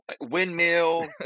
Windmill